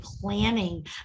planning